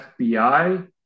FBI